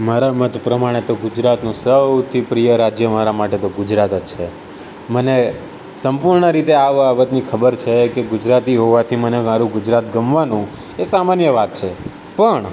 મારા મત પ્રમાણે તો ગુજરાતનું સૌથી પ્રિય રાજ્ય મારા માટે તો ગુજરાત જ છે મને સંપૂર્ણ રીતે આ બાબતની ખબર છે કે ગુજરાતી હોવાથી મને મારું ગુજરાત ગમવાનું એ સામાન્ય વાત છે પણ